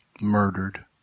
murdered